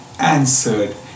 answered